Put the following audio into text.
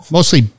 Mostly